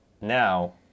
now